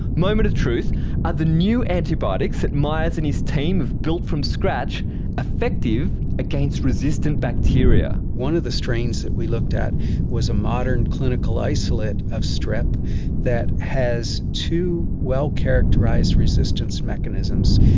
moment of truth are the new antibiotics myers and his team have built from scratch effective against resistance bacteria? one of the strains that we looked at was a modern clinical isolate of strep that has two well-characterised resistance mechanisms.